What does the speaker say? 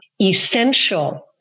essential